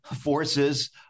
forces